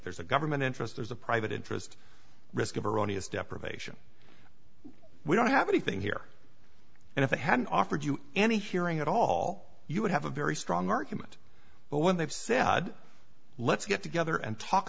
there's a government interest there's a private interest risk of erroneous deprivation we don't have anything here and if they hadn't offered you any hearing at all you would have a very strong argument but when they've said let's get together and talk